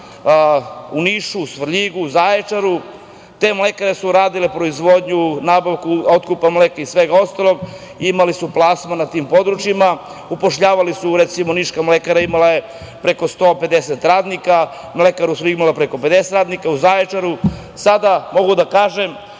u Nišu, Svrljigu, Zaječaru. Te mlekare su radile proizvodnju, nabavku, otkup mleka i svega ostalog. Imale su plasman na tim područjima, zapošljavale su. Recimo, Niška mlekara je imala preko 150 radnika, mlekara u Svrljigu je imala preko 50 radnika, u Zaječaru. Sada mogu da kažem